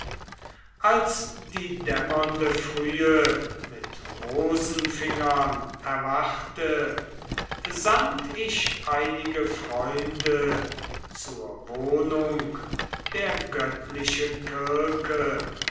als die dämmernde frühe mit rosenfingern erwachte sandt ich einige freunde zur wohnung der göttlichen